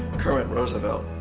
kermit roosevelt,